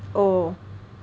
oh